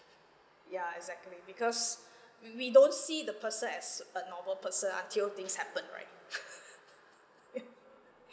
ya exactly because we we don't see the person as a normal person until things happen right ya